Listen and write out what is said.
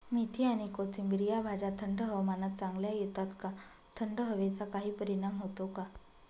मेथी आणि कोथिंबिर या भाज्या थंड हवामानात चांगल्या येतात का? थंड हवेचा काही परिणाम होतो का?